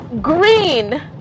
Green